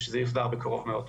ושזה יוסדר בקרוב מאוד.